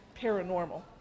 paranormal